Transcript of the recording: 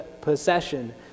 possession